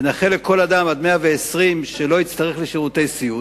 ונאחל לכל אדם שעד מאה-ועשרים לא יצטרך לשירותי סיעוד,